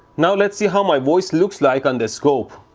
now. let's see how my voice looks like on the scope